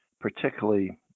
particularly